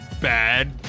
Bad